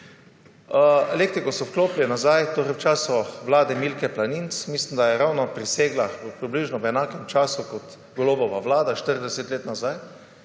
Elektriko so vklopili nazaj v času vlade Milke Planinc. Mislim, da je prisegla v približno enakem času kot Golobova vlada, 40 let nazaj.